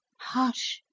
Hush